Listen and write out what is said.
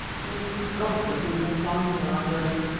pray god that we may find her, i groaned.